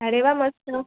अरे वा मस्त